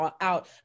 out